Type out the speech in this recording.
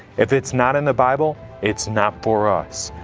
if it's not in the bible, it's not for us.